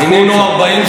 החוצה.